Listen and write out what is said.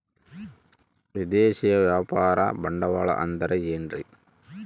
ವಿದೇಶಿಯ ವ್ಯಾಪಾರ ಬಂಡವಾಳ ಅಂದರೆ ಏನ್ರಿ?